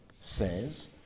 says